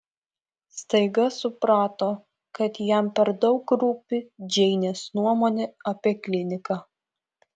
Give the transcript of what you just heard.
staiga suprato kad jam per daug rūpi džeinės nuomonė apie kliniką